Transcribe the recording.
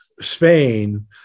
Spain